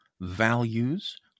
values